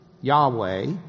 yahweh